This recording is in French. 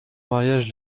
mariage